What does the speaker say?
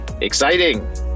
exciting